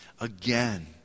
again